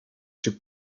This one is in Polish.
czy